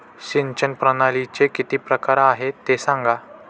सिंचन प्रणालीचे किती प्रकार आहे ते सांगा